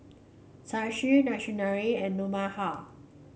Shashi Naraina and Manohar